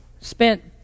spent